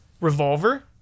Revolver